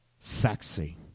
sexy